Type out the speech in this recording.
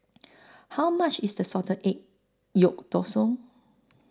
How much IS The Salted Egg Yolk